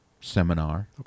seminar